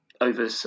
over